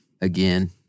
again